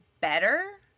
better